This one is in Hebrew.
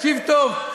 תקשיב טוב.